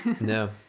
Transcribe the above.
No